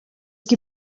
qui